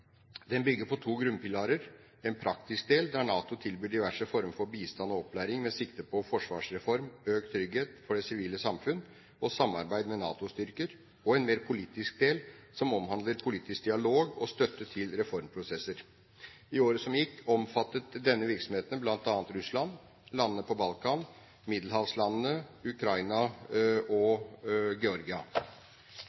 Den bygger på to grunnpilarer: en praktisk del der NATO tilbyr diverse former for bistand og opplæring med sikte på forsvarsreform, økt trygghet for det sivile samfunn og samarbeid med NATO-styrker, og en mer politisk del som omhandler politisk dialog og støtte til reformprosesser. I året som gikk, omfattet denne virksomheten bl.a. Russland, landene på Balkan, Middelhavslandene, Ukraina og